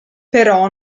però